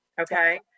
Okay